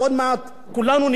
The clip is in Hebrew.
כולנו נהיה מפוטרים?